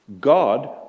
God